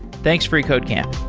thanks, freecodecamp.